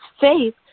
faith